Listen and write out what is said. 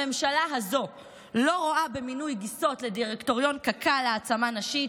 הממשלה הזאת לא רואה במינוי גיסות לדירקטוריון קק"ל העצמה נשית.